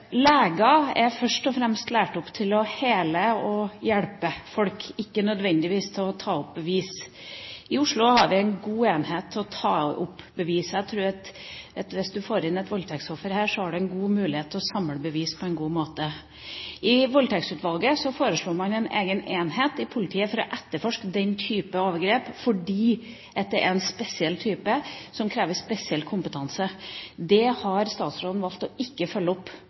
er først og fremst lært opp til å hele og hjelpe folk, ikke nødvendigvis til å ta opp bevis. I Oslo har vi en god enhet til å ta opp bevis. Jeg tror at hvis man får inn et voldtektsoffer her, så har man en mulighet til å samle bevis på en god måte. I Voldtektsutvalget foreslo man en egen enhet i politiet for å etterforske den type overgrep, fordi det er en spesiell type som krever spesiell kompetanse. Det har statsråden valgt ikke å følge opp.